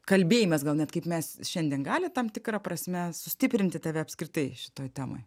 kalbėjimas gal net kaip mes šiandien gali tam tikra prasme sustiprinti tave apskritai šitoj temoj